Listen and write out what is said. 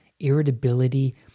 irritability